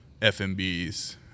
FMBs